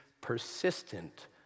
persistent